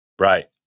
Right